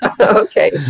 Okay